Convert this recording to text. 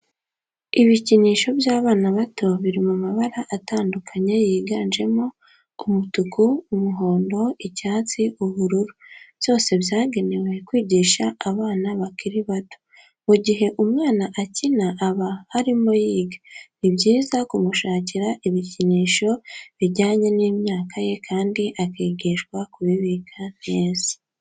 Ibikinisho by'abana bato biri mu mabara atandukanye yiganjemo umutuku, umuhondo, icyatsi, ubururu, byose byagenewe kwigisha abana bakiri bato. Mu gihe umwana akina aba arimo yiga, ni byiza kumushakira ibikinisho bijyanye n'imyaka ye kandi akigishwa kubibika neza.